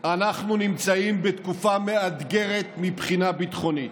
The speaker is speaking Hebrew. אנחנו נמצאים בתקופה מאתגרת מבחינה ביטחונית,